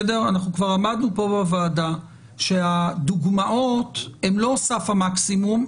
אנחנו כבר עמדנו פה בוועדה שהדוגמאות הן לא סף המקסימום,